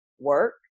Work